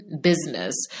business